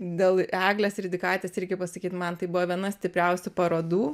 dėl eglės ridikaitės reikia pasakyti man tai buvo viena stipriausių parodų